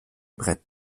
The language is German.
brett